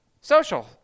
social